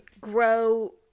grow